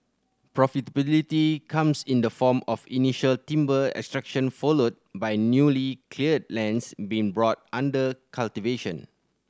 profitability comes in the form of initial timber extraction followed by newly cleared lands being brought under cultivation